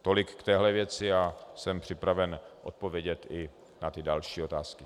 Tolik k téhle věci a jsem připraven odpovědět i na další otázky.